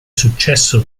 successo